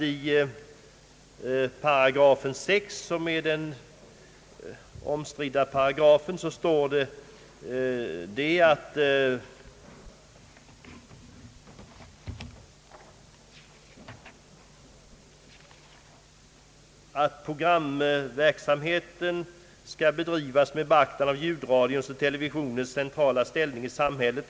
I 8 6, som är den omstridda paragrafen står: »Programverksamheten skall bedrivas med beaktande av ljudradions och televisionens centrala ställning i samhället.